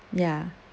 ya